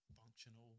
functional